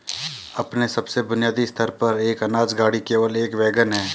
अपने सबसे बुनियादी स्तर पर, एक अनाज गाड़ी केवल एक वैगन है